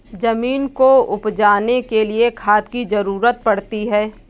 ज़मीन को उपजाने के लिए खाद की ज़रूरत पड़ती है